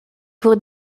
pour